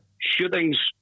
Shootings